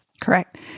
Correct